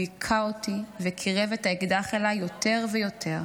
הוא היכה אותי וקירב את האקדח אליי יותר ויותר.